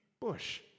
bush